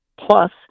plus